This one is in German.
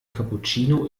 cappuccino